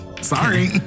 Sorry